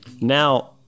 Now